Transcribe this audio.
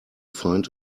find